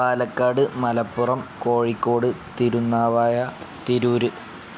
Palakkad Malappuram Kozhikode Thirunavaya Tirur